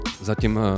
Zatím